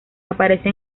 aparece